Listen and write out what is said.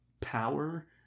power